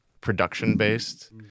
production-based